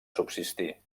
subsistir